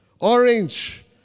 Orange